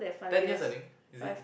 ten years I think is it